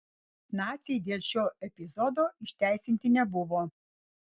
naciai dėl šio epizodo išteisinti nebuvo